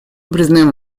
признаем